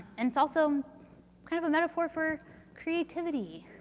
and it's also kind of a metaphor for creativity.